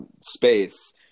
space